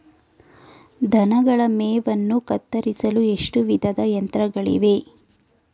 ದನಗಳ ಮೇವನ್ನು ಕತ್ತರಿಸಲು ಎಷ್ಟು ವಿಧದ ಯಂತ್ರಗಳಿವೆ?